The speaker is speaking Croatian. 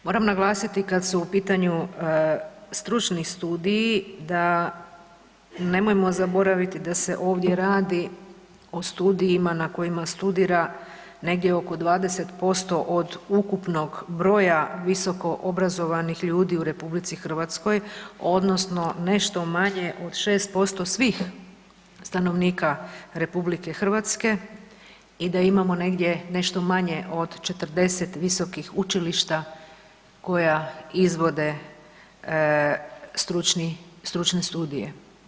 Moram naglasiti kad su u pitanju stručni studiji da nemojmo zaboraviti da se ovdje radi o studijima na kojima studira negdje oko 20% od ukupnog broja visokoobrazovanih ljudi u RH odnosno nešto manje od 6% svih stanovnika RH i da imamo negdje nešto manje od 40 visokih učilišta koja izvode stručne studije.